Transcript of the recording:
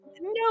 No